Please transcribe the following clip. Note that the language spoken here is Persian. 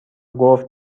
گفت